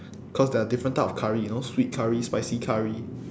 cause there are different type of curry you know sweet curry spicy curry